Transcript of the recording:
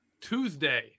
Tuesday